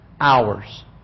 hours